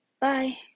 bye